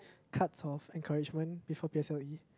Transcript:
cards of encouragement before P_S_L_E